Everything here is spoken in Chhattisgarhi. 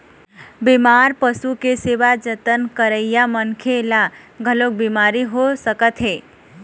बेमार पशु के सेवा जतन करइया मनखे ल घलोक बिमारी हो सकत हे